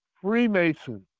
Freemasons